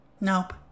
Nope